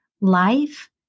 life